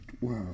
Wow